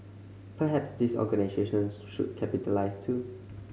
perhaps these organisations should capitalise too